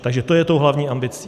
Takže to je tou hlavní ambicí.